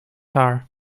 haar